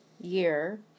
year